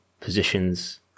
positions